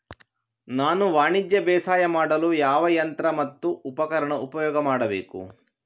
ನಾನು ವಾಣಿಜ್ಯ ಬೇಸಾಯ ಮಾಡಲು ಯಾವ ಯಂತ್ರ ಮತ್ತು ಉಪಕರಣ ಉಪಯೋಗ ಮಾಡಬೇಕು?